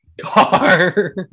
car